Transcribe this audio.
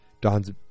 Don's